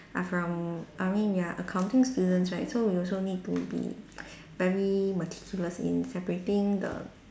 are from I mean we are accounting students right so we also need to be very meticulous in separating the